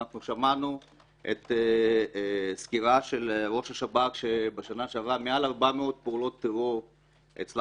אנחנו שמענו סקירה של ראש השב"כ שבשנה שעברה מעל 400 פעולות טרור הצלחנו